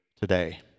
today